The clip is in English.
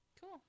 Cool